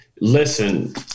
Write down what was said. listen